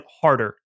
harder